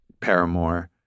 paramour